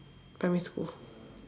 primary school